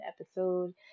episode